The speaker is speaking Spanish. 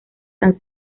san